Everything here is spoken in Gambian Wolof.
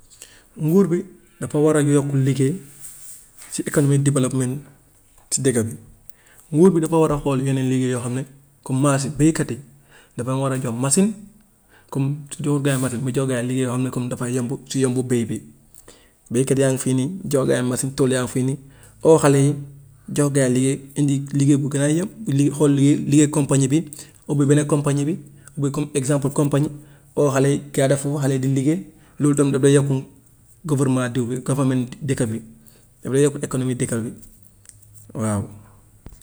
Nguur bi dafa war a yokk liggéey si économie development si dëkka bi. Nguur bi dafa war a xool yenn liggéey yoo xam ne comme maa si béykat yi daf leen war a jox machine, comme su joxul gaa yi machine mu jox gaa yi liggéey yoo xam ne comme dafay yomb ci yomb béy bi. Béykat yaa ngi fii nii, jox gaa yi machine, tool yaa ngi fii nii, oo xale yi, jox gaa yi liggéey, indi liggéey bu gaa yëpp, li- xool liggéey liggéey compagnie bi, ubbi beneen compgnie bi, ubbi comme exemple compagnie, oo xale yi kaay def lu xale yi di liggéey, loolu tam daf dee yokk gouvernement diw bi government dëkk bi, daf dee yokk économie dëkk bi, waaw.